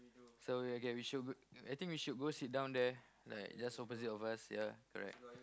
so ya okay we should I think we should go sit down there like just opposite of us ya correct